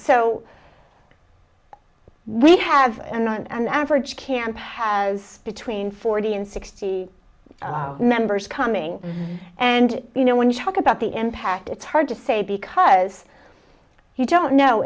so we have an average campaign has between forty and sixty members coming and you know when you talk about the impact it's hard to say because you don't know